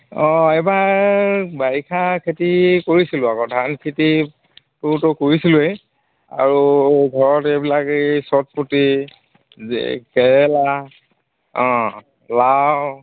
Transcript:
অঁ এইবাৰ বাৰিষা খেতি কৰিছিলোঁ আকৌ ধান খেতিটোতো কৰিছিলোৱেই আৰু ঘৰত এইবিলাক এই চটপতি কেৰেলা অঁ লাও